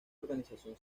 organización